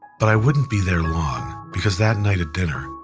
but i wouldn't be there long because that night at dinner,